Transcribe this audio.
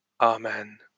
Amen